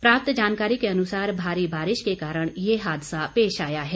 प्राप्त जानकारी के अनुसार भारी बारिश के कारण ये हादसा पेश आया है